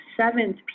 seventh